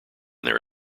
their